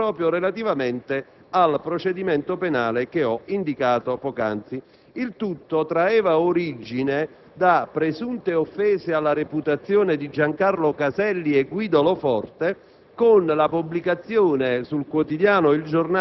dei comportamenti del collega Iannuzzi, proprio relativamente al procedimento penale che ho indicato poc'anzi. Il tutto traeva origine da presunte offese arrecate alla reputazione di Giancarlo Caselli e Guido Lo Forte,